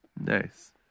Nice